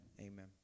Amen